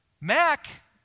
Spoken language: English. Mac